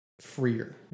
freer